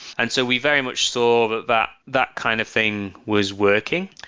and so we very much saw that that that kind of thing was working.